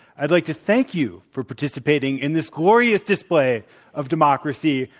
i'd like to thank you for participating in this glorious display of democracy,